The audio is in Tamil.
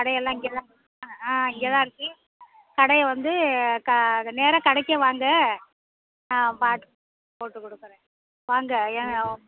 கடையெல்லாம் இங்கே தான் இரு ஆ ஆ இங்கே தான் இருக்குது கடையை வந்து க நேராக கடைக்கு வாங்க ஆ பாட்டு போட்டு கொடுக்குறேன் வாங்க ஏ